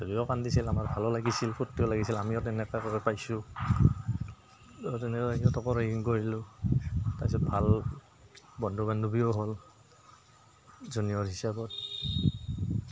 যদিও কান্দিছিল আমাৰ ভালো লাগিছিল ফূৰ্তিও লাগিছিল আমিও তেনেকৈ কৰি পাইছোঁ আৰু তেনেকৈ সিহঁতকো ৰেগিং কৰিলোঁ তাৰপিছত ভাল বন্ধু বান্ধৱীও হ'ল জুনিয়ৰ হিচাপত